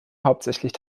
hauptsächlich